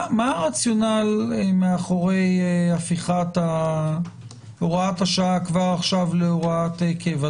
מה הרציונל מאחורי הפיכת הוראת השעה כבר עכשיו להוראת קבע?